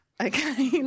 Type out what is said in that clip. Okay